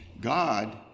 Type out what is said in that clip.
God